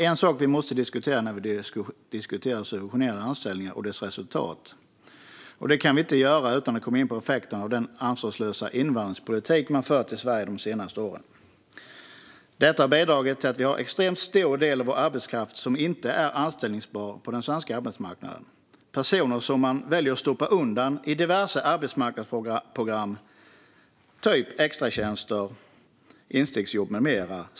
Fru talman! Vi kan inte diskutera subventionerade anställningar och deras resultat utan att komma in på effekterna av den ansvarslösa invandringspolitik man har fört i Sverige de senaste åren. Den har bidragit till att vi har en extremt stor del av vår arbetskraft som inte är anställbar på den svenska arbetsmarknaden. Det är personer som man väljer att stoppa undan i diverse arbetsmarknadsprogram, typ extratjänster, instegsjobb med mera.